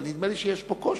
אבל נדמה לי שיש פה קושי.